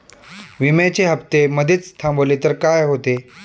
विम्याचे हफ्ते मधेच थांबवले तर काय होते?